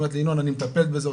היא אמרה לי ינון אני מטפלת בזה,